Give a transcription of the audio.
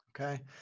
Okay